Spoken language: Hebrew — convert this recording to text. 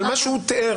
אבל מה שהוא תיאר